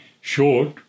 short